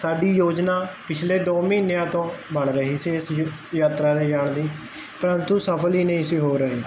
ਸਾਡੀ ਯੋਜਨਾ ਪਿਛਲੇ ਦੋ ਮਹੀਨਿਆਂ ਤੋਂ ਬਣ ਰਹੀ ਸੀ ਇਸ ਯਾਤਰਾ ਤੇ ਜਾਣ ਦੀ ਪ੍ਰੰਤੂ ਸਫਲ ਹੀ ਨਹੀਂ ਸੀ ਹੋ ਰਹੀ